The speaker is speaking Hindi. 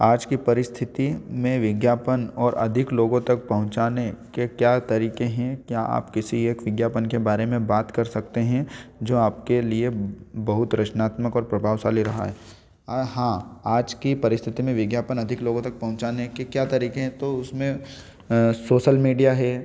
आज की परिस्थिति में विज्ञापन और अधिक लोगों तक पहुँचाने के क्या तरीके हैं क्या आप किसी एक विज्ञापन के बारे में बात कर सकते हैं जो आपके लिए बहुत रचनात्मक और प्रभावशाली रहा हाँ आज की परिस्थिति में विज्ञापन अधिक लोगों तक पहुँचाने के क्या तरीके हैं तो उसमें सोसल मीडिया है